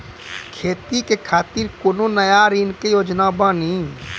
खेती के खातिर कोनो नया ऋण के योजना बानी?